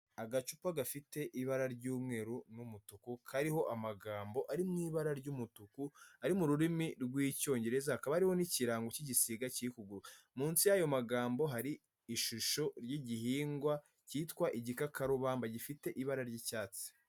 Agacupa gafite ibara ry'umweru n'umutuku, kariho amagambo ari mu ibara ry'umutuku, ari mu rurimi rw'Icyongereza, kakaba kariho n'ikirango cy'igisiga kiri kuguruka, munsi y'ayo magambo hari ishusho y'igihingwa cyitwa igikakarubamba gifite ibara ry'icyatsi.